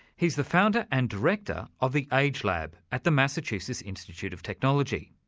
he's the founder and director of the agelab at the massachusetts institute of technology.